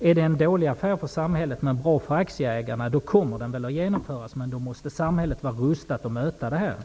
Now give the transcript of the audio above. Är det en dålig affär för samhället men bra för aktieägarna kommer den väl att genomföras, men då måste samhället vara rustat för att möta detta.